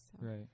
right